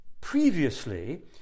previously